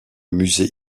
musée